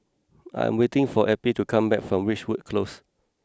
I am waiting for Eppie to come back from Ridgewood Close